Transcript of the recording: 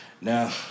Now